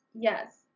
yes